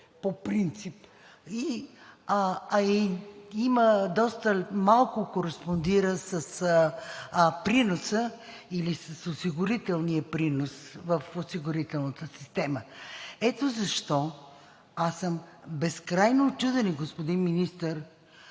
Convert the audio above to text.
по принцип, а и доста малко кореспондира с приноса или с осигурителния принос на осигурителната система. Ето защо аз съм безкрайно учудена, господин Министър,